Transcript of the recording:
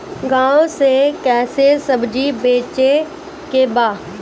गांव से कैसे सब्जी बेचे के बा?